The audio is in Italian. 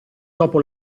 dopo